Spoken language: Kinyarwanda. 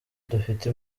dufite